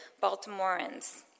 Baltimoreans